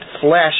flesh